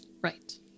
Right